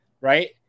right